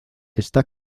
está